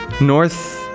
north